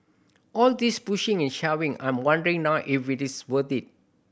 all this pushing and shoving I'm wondering now if it is worth it